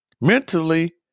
mentally